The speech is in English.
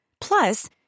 Plus